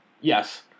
Yes